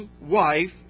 wife